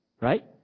Right